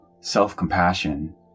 self-compassion